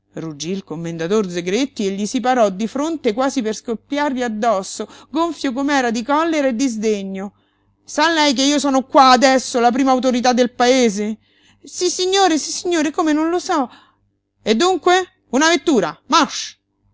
ruggí il commendator zegretti e gli si parò di fronte quasi per scoppiargli addosso gonfio com'era di collera e di sdegno sa lei che io sono qua adesso la prima autorità del paese sissignore sissignore come non lo so e dunque una vettura